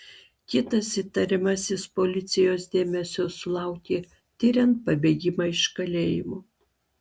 kitas įtariamasis policijos dėmesio sulaukė tiriant pabėgimą iš kalėjimo